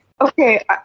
Okay